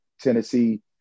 Tennessee